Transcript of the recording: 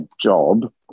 job